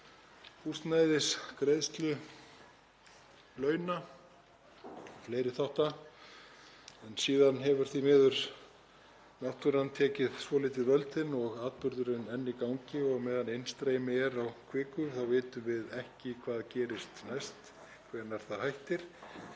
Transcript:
húsnæði, greiðslu launa og fleiri þætti, en síðan hefur náttúran því miður tekið svolítið völdin og atburðurinn enn í gangi. Á meðan innstreymi er á kviku þá vitum við ekki hvað gerist næst, hvenær það hættir